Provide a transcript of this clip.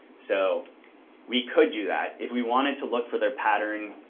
so we could do that, if we wanted to look for their pattern,